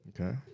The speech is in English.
Okay